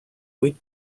vuit